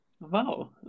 Wow